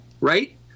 Right